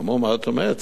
אמרו: מה זאת אומרת,